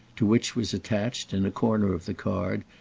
to which was attached, in a corner of the card,